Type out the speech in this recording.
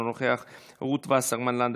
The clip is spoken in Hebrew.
אינו נוכח,